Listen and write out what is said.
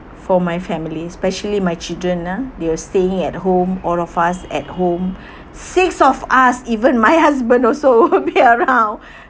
for my family especially my children ah they're staying at home all of us at home six of us even my husband also be around